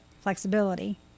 flexibility